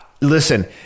Listen